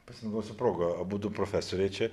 pasinaudosiu proga abudu profesoriai čia